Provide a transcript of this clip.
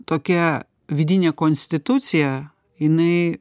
tokia vidinė konstitucija jinai